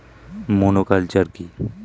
Monoculture কি?